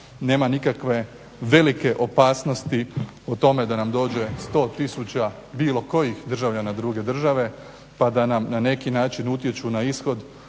Nema nikakve velike opasnosti o tome da nam dođe 100000 bilo kojih državljana druge države pa da nam na neki način utječu na ishod